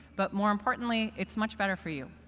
but more importantly, it's much better for you.